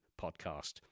Podcast